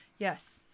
yes